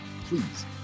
please